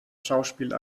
schauspiel